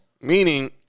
Meaning